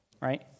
right